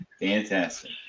Fantastic